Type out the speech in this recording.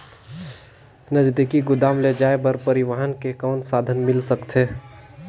नजदीकी गोदाम ले जाय बर परिवहन के कौन साधन मिल सकथे?